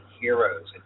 heroes